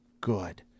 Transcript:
good